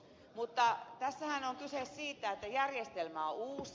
mutta tässähän on kyse siitä että järjestelmä on uusi